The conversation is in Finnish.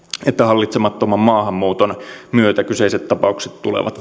että hallitsemattoman maahanmuuton myötä kyseiset tapaukset tulevat